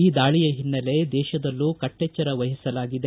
ಈ ದಾಳಿಯ ಹಿನ್ನೆಲೆ ದೇಶದಲ್ಲೂ ಕಟ್ಟೆಚ್ಚರ ವಹಿಸಲಾಗಿದೆ